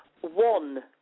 One